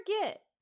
forget